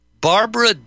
Barbara